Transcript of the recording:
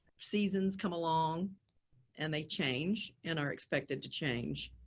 seasons come along and they change and are expected to change.